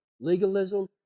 Legalism